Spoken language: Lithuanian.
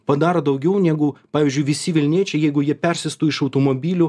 padaro daugiau negu pavyzdžiui visi vilniečiai jeigu jie persėstų iš automobilių